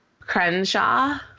Crenshaw